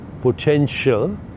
potential